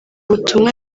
butumwa